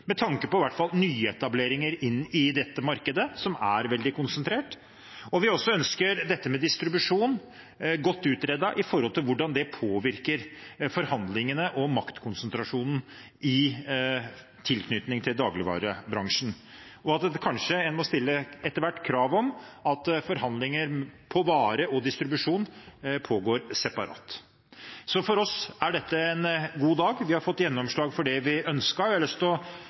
med tanke på i hvert fall nyetableringer i dette markedet, som er veldig konsentrert. Vi ønsker også distribusjon godt utredet når det gjelder hvordan det påvirker forhandlingene og maktkonsentrasjonen i tilknytning til dagligvarebransjen. En må kanskje etter hvert stille krav om at forhandlinger om vare og distribusjon pågår separat. For oss er dette en god dag, vi har fått gjennomslag for det vi ønsket. Jeg har lyst